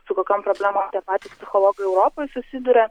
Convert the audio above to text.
su kokiom problemom tie patys psichologai europoj susiduria